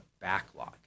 backlog